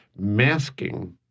masking